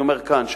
אני אומר כאן,